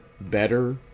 better